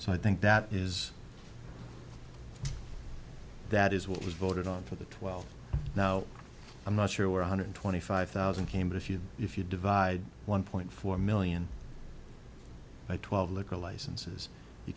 so i think that is that is what was voted on for the twelve now i'm not sure where one hundred twenty five thousand came but if you if you divide one point four million by twelve local licenses you